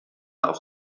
auf